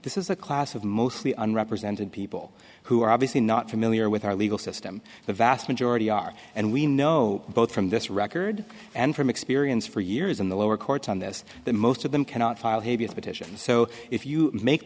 this is a class of mostly unrepresented people who are obviously not familiar with our legal system the vast majority are and we know both from this record and from experience for years in the lower courts on this that most of them cannot file hevia petitions so if you make